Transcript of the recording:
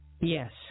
Yes